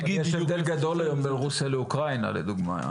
יש הבדל גדול בין רוסיה לאוקראינה, למשל.